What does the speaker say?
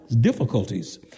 difficulties